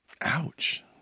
Ouch